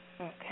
Okay